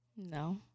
No